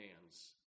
hands